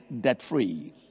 debt-free